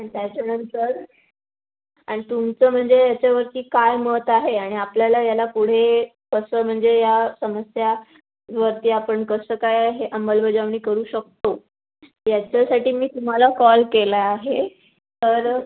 आणि त्याच्यानंतर आणि तुमचं म्हणजे त्याच्यावरती काय मत आहे आणि आपल्याला याला पुढे कसं म्हणजे या समस्या वरती आपण कसं काय हे अंमलबजावणी करू शकतो याच्यासाठी मी तुम्हाला कॉल केला आहे तर